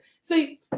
see